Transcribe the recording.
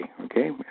okay